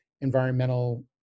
environmental